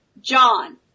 John